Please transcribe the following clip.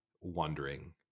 wondering